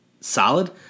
solid